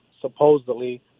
supposedly